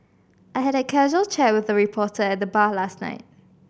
I had a casual chat with a reporter at the bar last night